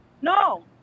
No